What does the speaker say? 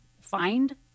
find